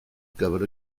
gyfer